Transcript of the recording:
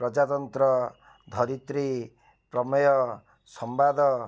ପ୍ରଜାତନ୍ତ୍ର ଧରିତ୍ରୀ ପ୍ରମେୟ ସମ୍ବାଦ